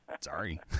Sorry